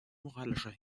moralischer